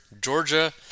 Georgia